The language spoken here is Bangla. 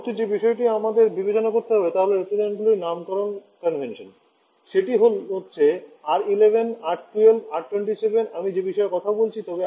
পরবর্তী যে বিষয়টি আমাদের বিবেচনা করতে হবে তা হল রেফ্রিজারেন্টগুলির নামকরণ কনভেনশন সেটি হচ্ছে R 11 R 12 R 27 আমি যে বিষয়ে কথা বলছি